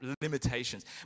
limitations